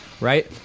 right